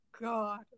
god